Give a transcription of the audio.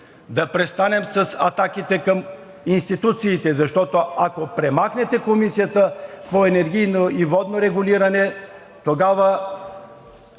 да престанем с атаките към институциите, защото, ако премахнете Комисията за енергийно и водно регулиране, тогава,